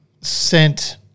sent